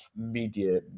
media